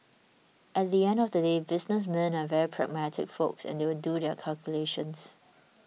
at the end of the day businessmen are very pragmatic folks and they'll do their calculations